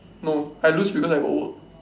no I lose because I got work